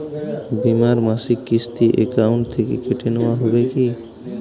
বিমার মাসিক কিস্তি অ্যাকাউন্ট থেকে কেটে নেওয়া হবে কি?